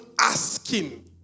asking